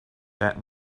that